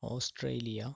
Australia